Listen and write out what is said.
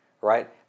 right